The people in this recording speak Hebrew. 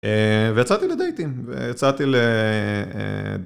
ויצאתי לדייטים, ויצאתי לדייטים.